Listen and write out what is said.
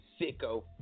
sicko